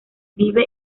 vive